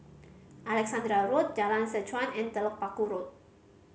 Alexandra Road Jalan Seh Chuan and Telok Paku Road